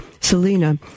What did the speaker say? selena